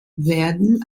werden